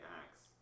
acts